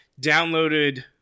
downloaded